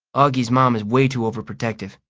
auggie's mom is way too overprotective.